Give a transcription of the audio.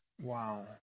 Wow